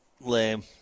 Lame